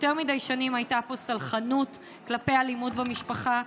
יותר מדי שנים הייתה פה סלחנות כלפי אלימות במשפחה,